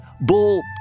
Bull